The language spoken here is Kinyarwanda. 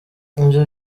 ibyo